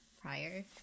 prior